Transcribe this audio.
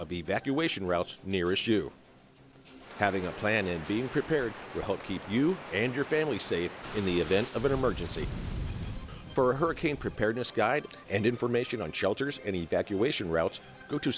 of evacuation routes near issue having a plan and being prepared to help keep you and your family safe in the event of an emergency for hurricane preparedness guide and information on shelters and evacuation routes go to